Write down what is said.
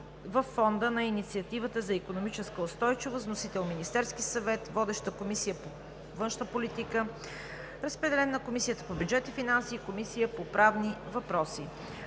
във Фонда на Инициативата за икономическа устойчивост. Вносител е Министерският съвет. Водеща е Комисията по външна политика. Разпределен е и на Комисията по бюджет и финанси и Комисията по правни въпроси.